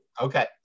Okay